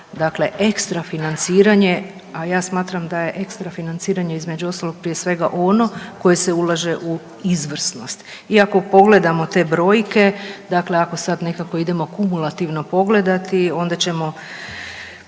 dakle ekstra financiranje, a ja smatram da je ekstra financiranje između ostalog prije svega ono koje se ulaže u izvrsnost. I ako pogledamo te brojke, dakle ako sad nekako idemo kumulativno pogledati onda ćemo,